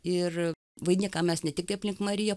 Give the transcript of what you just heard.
ir vainiką mes ne tik tai aplink mariją